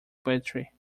poetry